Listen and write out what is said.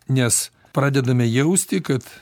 nes pradedame jausti kad